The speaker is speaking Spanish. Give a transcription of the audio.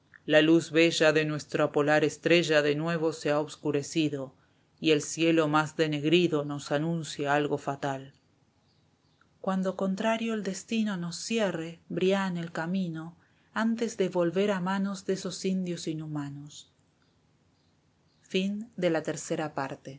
la luz bella de nuestra polar estrella de nuevo se ha oscurecido y el cielo más denegrido nos anuncia algo fatal cuando contrario el destino nos cierre brian el camino antes de volver a manos de esos indios inhurríanos nos queda algo este puñal cuarta parte